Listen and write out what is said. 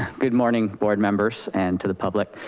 good morning board members and to the public.